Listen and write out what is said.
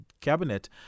cabinet